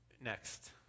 Next